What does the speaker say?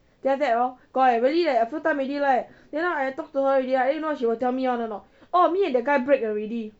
then after hor I really leh a few time already leh then !huh! I talk to her already right then you know what she will tell me [one] or not oh me and that guy break already